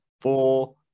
four